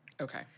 Okay